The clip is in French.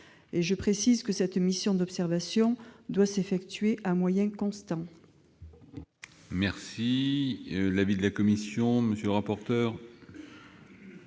Je précise que cette mission d'observation doit s'effectuer à moyens constants.